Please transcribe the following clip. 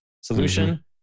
solution